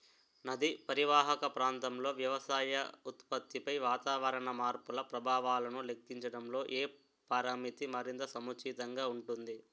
నదీ పరీవాహక ప్రాంతంలో వ్యవసాయ ఉత్పత్తిపై వాతావరణ మార్పుల ప్రభావాలను లెక్కించడంలో ఏ పరామితి మరింత సముచితంగా ఉంటుంది?